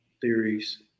theories